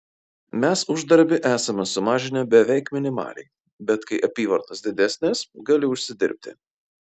mes uždarbį esame sumažinę beveik minimaliai bet kai apyvartos didesnės gali užsidirbti